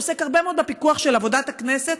שעוסק הרבה מאוד בפיקוח של עבודת הכנסת,